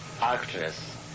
actress